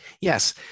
Yes